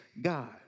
God